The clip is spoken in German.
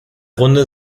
runde